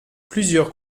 plusieurs